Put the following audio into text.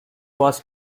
was